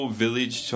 village